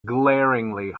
glaringly